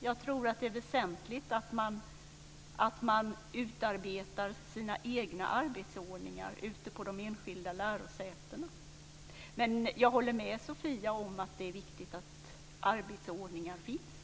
Jag tror att det är väsentligt att man utarbetar sina egna arbetsordningar ute på de enskilda lärosätena. Men jag håller med Sofia om att det är viktigt att arbetsordningar finns.